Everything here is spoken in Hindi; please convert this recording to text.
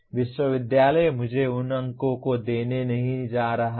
विश्वविद्यालय मुझे उन अंकों को देने नहीं जा रहा है